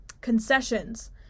concessions